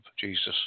Jesus